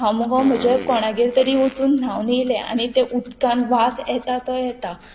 हांव मुगो म्हजे कोणागेर तरी वचून न्हावन येयलें आनी तें उदकान वास येता तो येता